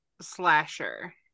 slasher